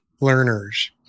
learners